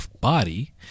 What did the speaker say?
body